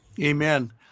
Amen